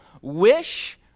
wish